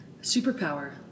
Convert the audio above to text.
Superpower